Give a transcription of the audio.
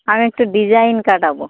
আমি একটা ডিজাইন কাটাব